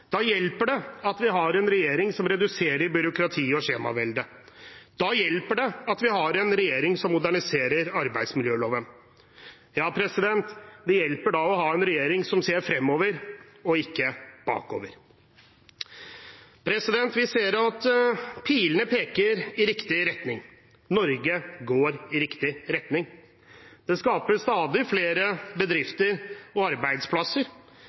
Da hjelper det at vi har en regjering som reduserer byråkrati og skjemavelde. Da hjelper det at vi har en regjering som moderniserer arbeidsmiljøloven. Ja, det hjelper å ha en regjering som ser fremover, og ikke bakover. Vi ser at pilene peker i riktig retning – Norge går i riktig retning. Det skapes stadig flere bedrifter og arbeidsplasser,